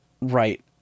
Right